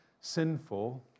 sinful